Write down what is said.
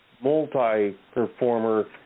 multi-performer